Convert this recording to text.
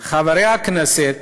חברי הכנסת,